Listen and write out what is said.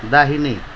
दाहिने